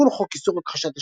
לתיקון חוק איסור הכחשת השואה,